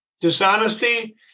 Dishonesty